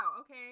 okay